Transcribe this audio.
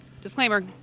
Disclaimer